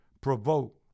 provoke